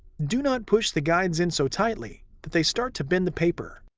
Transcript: do not push the guides in so tightly that they start to bend the paper.